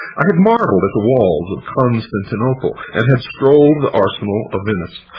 i had marveled at the walls of constantinople and had strolled the arsenal of venice,